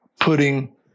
putting